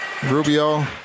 Rubio